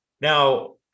Now